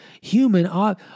Human